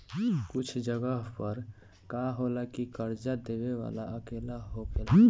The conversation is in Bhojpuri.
कुछ जगह पर का होला की कर्जा देबे वाला अकेला होखेला